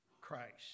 Christ